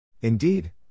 Indeed